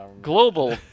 Global